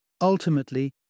Ultimately